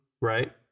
Right